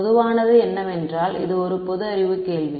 பொதுவானது என்னவென்றால் இது ஒரு பொது அறிவு கேள்வி